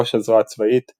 ראש הזרוע הצבאית;